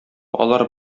алар